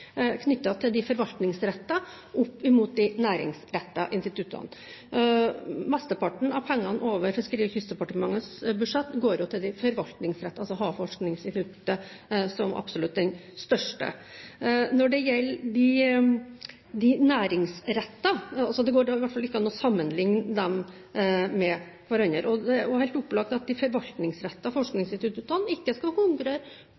knyttet til de forvaltningsrettede i forhold til de næringsrettede instituttene. Mesteparten av pengene over Fiskeri- og kystdepartementets budsjett går jo til de forvaltningsrettede – altså til Havforskningsinstituttet – som absolutt er det største. Når det gjelder de næringsrettede, går det i hvert fall ikke an å sammenligne dem med hverandre. Det er helt opplagt at de